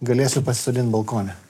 galėsiu pasisodinti balkone